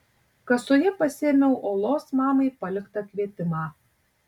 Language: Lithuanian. kasoje pasiėmiau olos mamai paliktą kvietimą